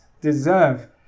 deserve